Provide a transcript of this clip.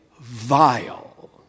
vile